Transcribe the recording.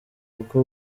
kuko